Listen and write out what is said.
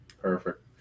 Perfect